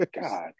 God